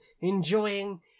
enjoying